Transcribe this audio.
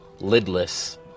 lidless